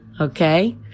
Okay